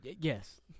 Yes